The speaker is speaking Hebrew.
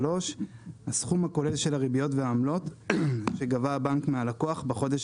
הסכום הכולל של הריביות והעמלות שגבה הבנק מהלקוח בחודש